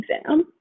exam